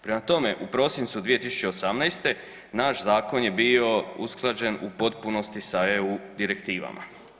Prema tome, u prosincu 2018. naš zakon je bio usklađen u potpunosti sa EU direktivama.